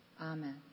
Amen